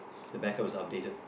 the back up is updated